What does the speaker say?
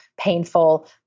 painful